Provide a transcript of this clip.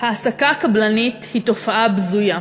העסקה קבלנית היא תופעה בזויה.